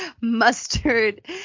mustard